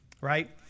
right